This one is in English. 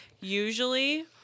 Usually